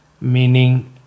meaning